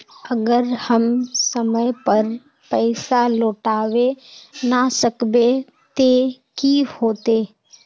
अगर हम समय पर पैसा लौटावे ना सकबे ते की होते?